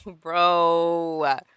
bro